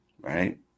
right